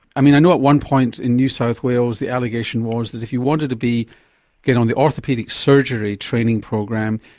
i mean, i know at one point in new south wales the allegation was that if you wanted to get on the orthopaedic surgery training program,